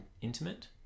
Intimate